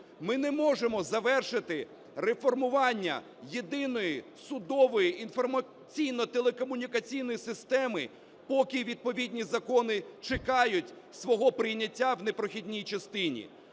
Ми не можемо завершити реформування Єдиної судової інформаційно-телекомунікаційної системи, поки відповідні закони чекають свого прийняття в непрохідній частині.